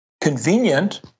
convenient